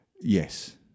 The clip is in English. yes